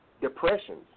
depressions